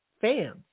fans